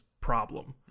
problem